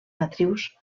matrius